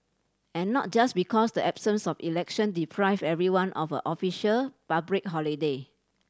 and not just because the absence of election deprived everyone of a official public holiday